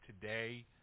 today